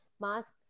Mask